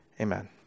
Amen